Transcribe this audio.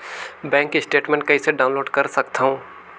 Bank statement कइसे download कर सकथव?